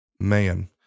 man